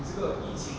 so